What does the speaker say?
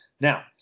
Now